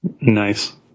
Nice